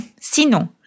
sinon